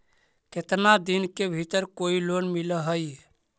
केतना दिन के भीतर कोइ लोन मिल हइ?